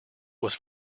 was